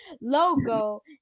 logo